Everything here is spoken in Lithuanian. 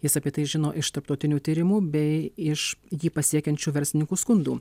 jis apie tai žino iš tarptautinių tyrimų bei iš jį pasiekiančių verslininkų skundų